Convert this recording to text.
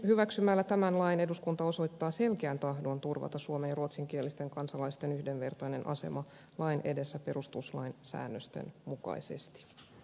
hyväksymällä tämän lain eduskunta osoittaa selkeän tahdon turvata suomen ja ruotsinkielisten kansalaisen yhdenvertaisen aseman lain edessä perustuslain säännösten mukaisesti